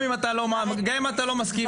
אם אתם סוגרים מסגרות על ימין ועל שמאל,